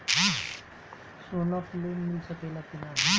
सोना पे लोन मिल सकेला की नाहीं?